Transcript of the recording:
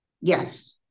Yes